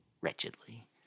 wretchedly